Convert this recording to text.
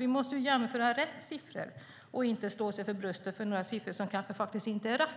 Vi måste jämföra rätt siffror, inte slå oss för bröstet över några siffror som kanske inte är riktiga,